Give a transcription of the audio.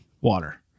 water